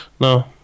No